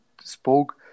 spoke